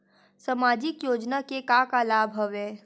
सामाजिक योजना के का का लाभ हवय?